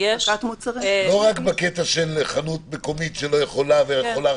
לא רק תחת חנות מקומית וכו'?